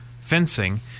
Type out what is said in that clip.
fencing